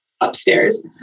upstairs